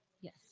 Yes